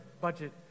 budget